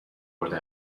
برده